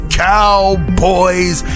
cowboys